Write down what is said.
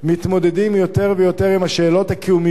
מתמודדים יותר ויותר עם השאלות הקיומיות